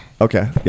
Okay